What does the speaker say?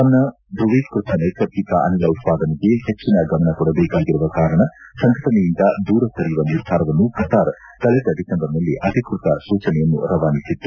ತನ್ನ ದ್ವವೀಕೃತ ನೈಸರ್ಗಿಕ ಅನಿಲ ಉತ್ಪಾದನೆಗೆ ಹೆಚ್ಚಿನ ಗಮನ ಕೊಡಬೇಕಾಗಿರುವ ಕಾರಣ ಸಂಘಟನೆಯಿಂದ ದೂರ ಸರಿಯುವ ನಿರ್ಧಾರವನ್ನು ಕತಾರ್ ಕಳೆದ ಡಿಸೆಂಬರ್ನಲ್ಲಿ ಅಧಿಕೃತ ಸೂಚನೆಯನ್ನು ರವಾನಿಸಿತ್ತು